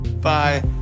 bye